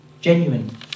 genuine